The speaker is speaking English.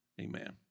Amen